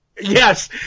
Yes